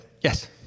yes